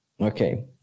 Okay